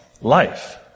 life